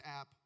app